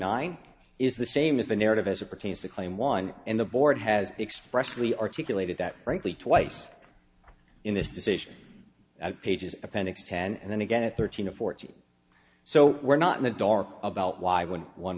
nine is the same as the narrative as it pertains to claim one and the board has expressly articulated that frankly twice in this decision pages appendix ten and then again at thirteen or fourteen so we're not in the dark about why when one